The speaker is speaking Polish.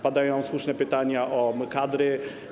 Padają słuszne pytania o kadry.